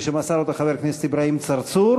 שמסר אותה חבר הכנסת אברהים צרצור,